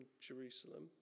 Jerusalem